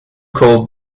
called